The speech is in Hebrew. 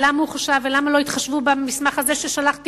למה הוא חושב ולמה לא התחשבו במסמך הזה ששלחתי